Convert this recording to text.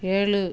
ஏழு